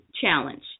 challenge